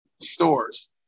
stores